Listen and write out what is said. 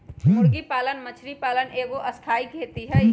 मुर्गी पालन मछरी पालन एगो स्थाई खेती हई